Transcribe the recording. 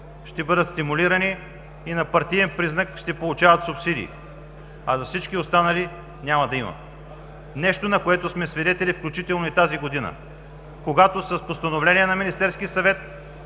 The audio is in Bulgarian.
ще бъдат стимулирани и на партиен признак ще получават субсидии, а за всички останали няма да има – нещо, на което сме свидетели, включително и тази година, когато с постановления на Министерския съвет